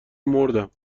مردم